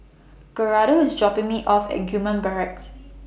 Gerardo IS dropping Me off At Gillman Barracks